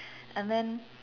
and then